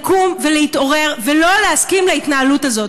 לקום ולהתעורר ולא להסכים להתנהלות הזאת.